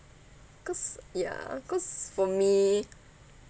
cause yeah cause for me